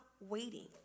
waiting